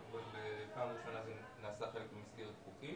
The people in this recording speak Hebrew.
אבל פעם ראשונה זה נעשה חלק ממסגרת חוקית.